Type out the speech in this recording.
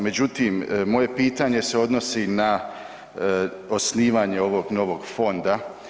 Međutim, moje pitanje se odnosi na osnivanje ovog novog fonda.